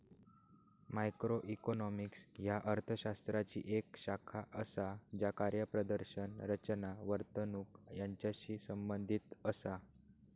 macroeconomics ह्या अर्थ शास्त्राची येक शाखा असा ज्या कार्यप्रदर्शन, रचना, वर्तणूक यांचाशी संबंधित असा